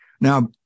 Now